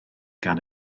gan